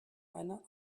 eine